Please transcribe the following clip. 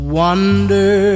wonder